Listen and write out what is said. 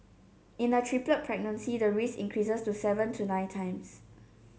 in a triplet pregnancy the risk increases to seven to nine times